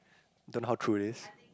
don't know how true it is